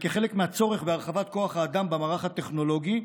וכחלק מהצורך ומהרחבת כוח האדם במערך הטכנולוגי,